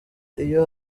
iyo